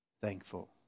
thankful